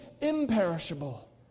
imperishable